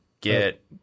get